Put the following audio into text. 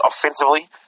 offensively